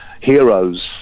heroes